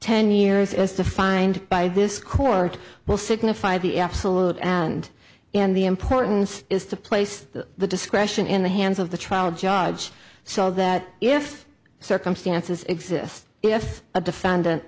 ten years as defined by this court will signify the absolute and in the importance is to place the discretion in the hands of the trial judge so that if circumstances exist if a defendant